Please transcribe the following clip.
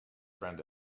friend